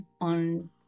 on